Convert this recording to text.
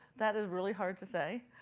that is really hard to say.